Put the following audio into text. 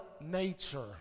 Nature